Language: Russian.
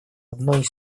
одной